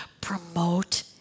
promote